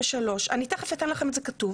6763*. אני תיכף אתן לכם את זה כתוב.